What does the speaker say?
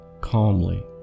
calmly